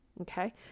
Okay